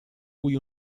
cui